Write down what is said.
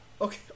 Okay